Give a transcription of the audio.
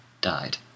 died